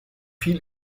viel